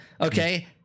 okay